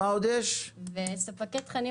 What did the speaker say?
ספקי תכנים